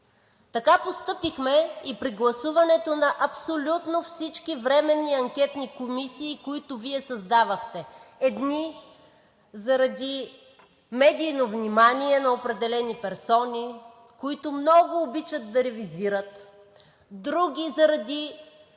Така постъпихме и при гласуването на абсолютно всички временни анкетни комисии, които Вие създавахте – едни заради медийно внимание на определени персони, които много обичат да ревизират, други заради